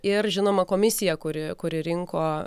ir žinoma komisija kuri kuri rinko